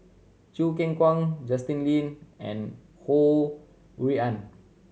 Choo Keng Kwang Justin Lean and Ho Rui An